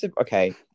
okay